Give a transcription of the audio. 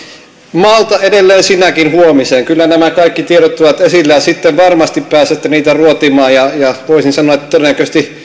malta edelleen sinäkin huomiseen kyllä nämä kaikki tiedot ovat esillä ja sitten varmasti pääsette niitä ruotimaan ja ja voisin sanoa että todennäköisesti